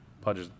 Pudge